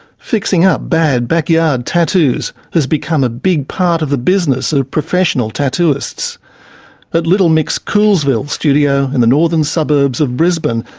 fixing up bad backyard tattoos has become a big part of the business of professional tattooists. at but little mick's koolsville studio in the northern suburbs of brisbane,